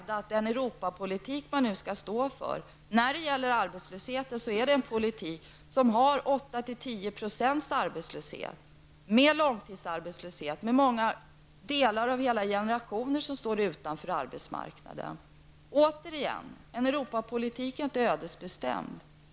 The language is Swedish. Den europapolitik man nu skall stå för är en politik med åtta till tio procents arbetslöshet, med långtidsarbetslöshet och med stora delar av hela generationer utanför arbetsmarknaden. Återigen: En europapolitik är inte ödesbestämd.